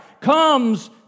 comes